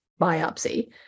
biopsy